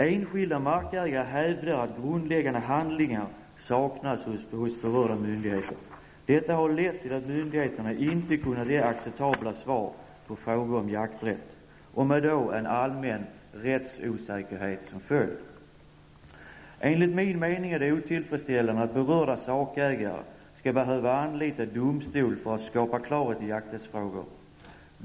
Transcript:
Enskilda markägare hävdar att grundläggande handlingar saknas hos berörda myndigheter. Detta har lett till att myndigheterna inte kunnat ge acceptabla svar på frågor om jakträtt, med en allmän rättsosäkerhet som följd. Enligt min mening är det otillfredsställande att sakägare skall behöva anlita domstol för att skapa klarhet i jakträttsfrågor.